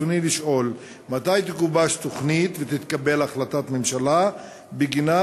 רצוני לשאול: 1. מתי תגובש תוכנית ותתקבל החלטת ממשלה בגינה?